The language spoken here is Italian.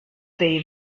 dei